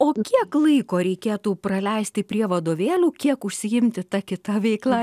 o kiek laiko reikėtų praleisti prie vadovėlių kiek užsiimti ta kita veikla